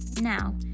Now